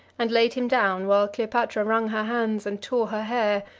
and laid him down, while cleopatra wrung her hands and tore her hair,